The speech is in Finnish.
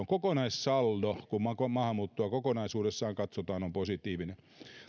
kokonaissaldo kun maahanmuuttoa kokonaisuudessaan katsotaan on positiivinen